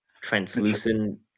translucent